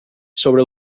sobre